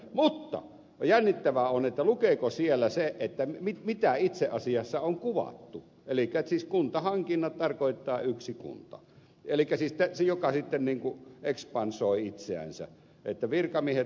mutta jännittävää on lukeeko siellä se mitä itse asiassa on kuvattu eli siis että kuntahankinnat tarkoittaa yhtä kuntaa joka sitten ekspansoi itseänsä että virkamiehet hoiteloopi hommat